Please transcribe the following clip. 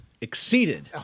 exceeded